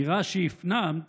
נראה שהפנמת